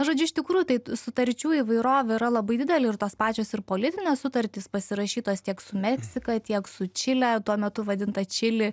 žodžiu iš tikrųjų tai sutarčių įvairovė yra labai didelė ir tos pačios ir politinės sutartys pasirašytos tiek su meksika tiek su čile tuo metu vadinta čili